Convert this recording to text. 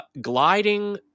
gliding